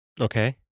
Okay